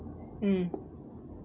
mm